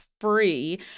free